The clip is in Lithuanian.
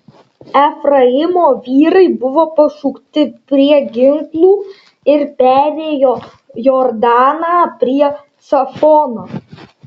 efraimo vyrai buvo pašaukti prie ginklų ir perėjo jordaną prie cafono